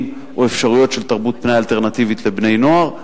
או אפשרויות של תרבות פנאי אלטרנטיבית לבני-נוער,